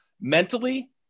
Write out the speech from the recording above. mentally